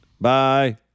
Bye